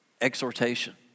exhortation